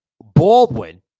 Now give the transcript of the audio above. Baldwin